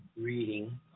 reading